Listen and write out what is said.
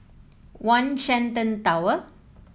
One Shenton Tower